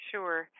Sure